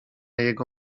jego